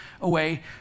away